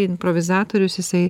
improvizatorius jisai